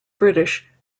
british